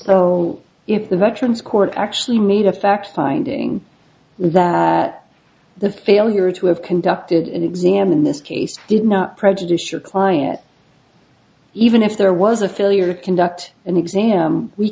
so if the veterans court actually made a fact finding that the failure to have conducted exam in this case did not prejudice your client even if there was a failure to conduct an exam we